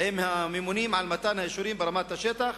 עם הממונים על מתן האישורים ברמת השטח